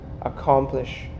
accomplish